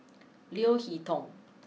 Leo Hee Tong